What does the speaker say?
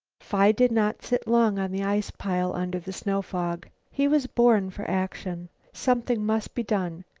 phi did not sit long on the ice-pile under the snow-fog. he was born for action. something must be done.